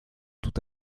tout